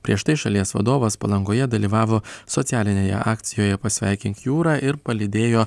prieš tai šalies vadovas palangoje dalyvavo socialinėje akcijoje pasveikink jūrą ir palydėjo